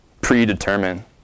predetermine